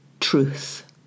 truth